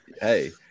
hey